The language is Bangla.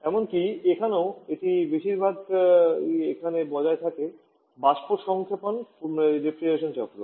এমনকি এখানেও এটি বেশিরভাগই এখানে বজায় থাকে বাষ্প সংক্ষেপণ রেফ্রিজারেশন চক্র